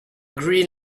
green